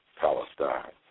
Palestine